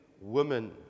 women